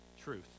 truth